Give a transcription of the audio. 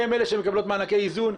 הן אלה שמקבלות מענקי איזון,